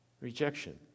Rejection